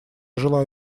желаю